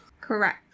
Correct